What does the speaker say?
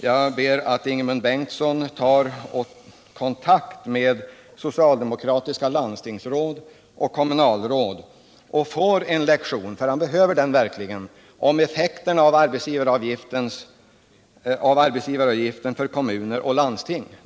Jag skulle vilja be Ingemund Bengtsson att ta kontakt med socialdemokratiska landstingsråd och kommunalråd så att han får en lektion — för en sådan behöver han verkligen — om effekterna av arbetsgivaravgiften för kommuner och landsting.